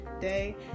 day